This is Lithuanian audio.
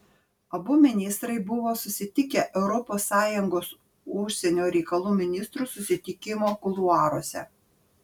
abu ministrai buvo susitikę europos sąjungos užsienio reikalų ministrų susitikimo kuluaruose